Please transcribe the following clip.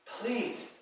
Please